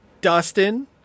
dustin